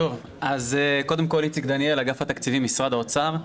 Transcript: אז קודם כול אני מאגף התקציבים, משרד האוצר.